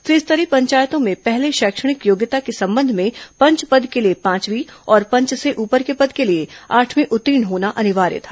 त्रिस्तरीय पंचायतों में पहले शैक्षणिक योग्यता के संबंध में पंच पद के लिए पांचवीं और पंच से ऊपर के पद के लिए आठवीं उत्तीर्ण होना अनिवार्य था